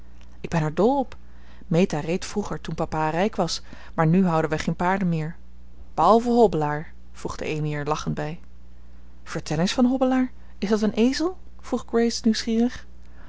ik ben er dol op meta reed vroeger toen papa rijk was maar nu houden wij geen paarden meer behalve hobbelaar voegde amy er lachend bij vertel eens van hobbelaar is dat een ezel vroeg grace nieuwsgierig